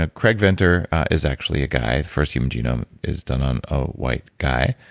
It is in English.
ah craig venter is actually a guy, first human genome is done on a white guy,